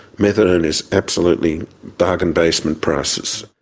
methadone is absolutely bargain basement prices.